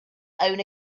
own